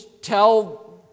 tell